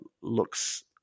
looks